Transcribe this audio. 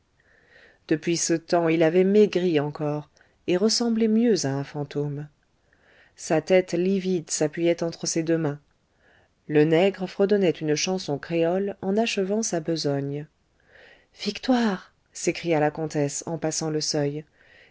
depuis ce temps il avait maigri encore et ressemblait mieux à un fantôme sa tête livide s'appuyait entre ses deux mains le nègre fredonnait une chanson créole en achevant sa besogne victoire s'écria la comtesse en passant le seuil